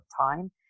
time